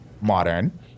modern